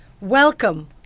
Welcome